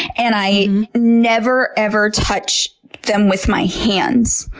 and i never, ever touch them with my hands,